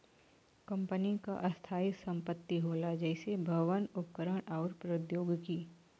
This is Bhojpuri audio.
कंपनी क स्थायी संपत्ति होला जइसे भवन, उपकरण आउर प्रौद्योगिकी